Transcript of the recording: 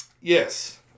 Yes